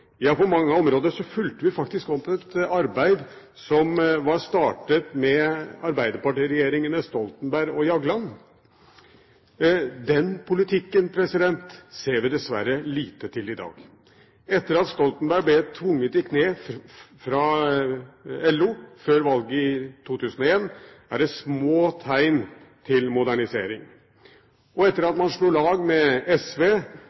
ja, på mange områder fulgte vi faktisk opp et arbeid som ble startet med arbeiderpartiregjeringene Stoltenberg og Jagland. Den politikken ser vi dessverre lite til i dag. Etter at Stoltenberg ble tvunget i kne av LO før valget i 2001, er det små tegn til modernisering, og etter at man slo lag med SV